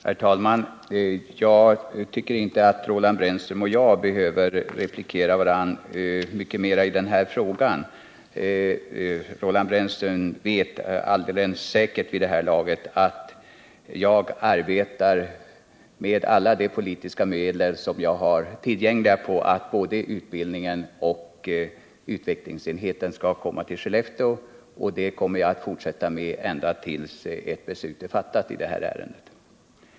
Herr talman! Jag tycker inte att Roland Brännström och jag behöver replikera varandra mycket mer i den här frågan. Roland Brännström vet alldeles säkert vid det här laget att jag arbetar med alla de politiska medel som jag har tillgängliga för att både utbildningen och utvecklingsenheten skall komma till Skellefteå. Det kommer jag att fortsätta med ända tills ett beslut är fattat i det här ärendet.